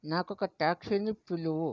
నాకొక ట్యాక్సీని పిలువు